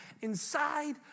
inside